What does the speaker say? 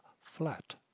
flat